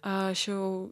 aš jau